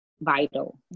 vital